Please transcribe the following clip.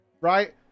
right